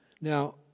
Now